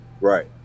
right